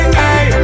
hey